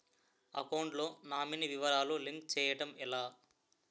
Account లో nominee వివరాలు link చేయటం ఎలా?